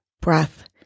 breath